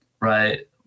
right